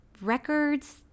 records